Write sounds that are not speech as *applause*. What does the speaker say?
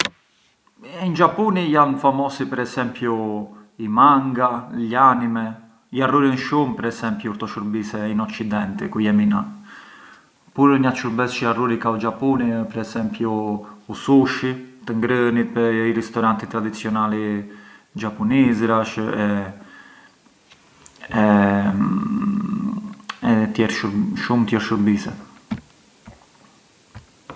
*noise* In Xhapuni jan famosi per esempiu i manga, gli anime, jarrurën shumë per esempiu këto shurbise in occidenti, ku jemi na, oppuru njatrë shurbes çë jarruri ka u Xhapuni ë per esempiu ë u sushi, të ngrënit, i ristoranti tradizionali xhapunisërash e *hesitation* tjerë shurbise, shumë tjerë shurbise.